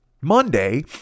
monday